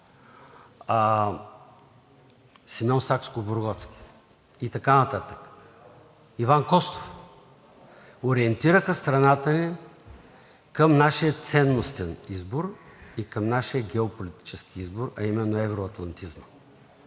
Симеон Сакскобургготски и така нататък, Иван Костов, ориентираха страната ни към нашия ценностен избор и към нашия геополитически избор, а именно евроатлантизма.